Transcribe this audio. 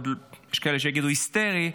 יש כאלה שיגידו היסטרי,